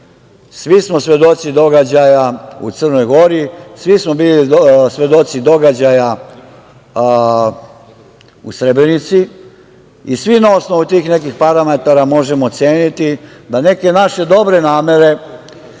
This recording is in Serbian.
svi smo svedoci događaja u Crnoj Gori, svi smo bili svedoci događaja u Srebrenici i svi na osnovu tih nekih parametara možemo oceniti da neke naše dobre namere